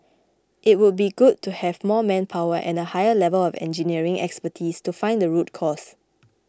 it would be good to have more manpower and a higher level of engineering expertise to find the root cause